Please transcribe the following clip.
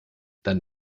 dann